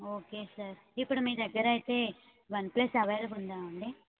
okay sir ఇప్పుడు మీ దగ్గర అయితే వన్ ప్లస్ అవైలబుల్ ఉందా అండి